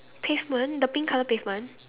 pavement the pink colour pavement